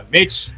Mitch